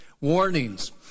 Warnings